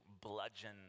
bludgeon